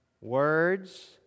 words